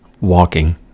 walking